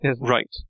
Right